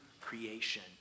creation